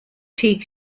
tea